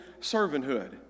servanthood